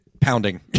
pounding